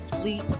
sleep